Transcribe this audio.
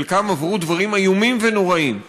חלקם עברו דברים איומים ונוראים,